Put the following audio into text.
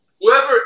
Whoever